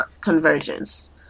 convergence